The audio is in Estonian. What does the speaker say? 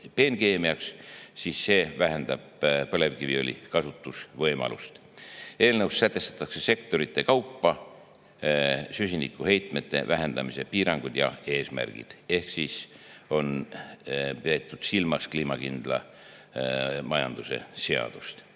peenkeemiaks, siis see vähendab põlevkiviõli kasutusvõimalust. Eelnõus sätestatakse sektorite kaupa süsinikuheitmete vähendamise piirangud ja eesmärgid. Siin on peetud silmas kliimakindla majanduse seaduse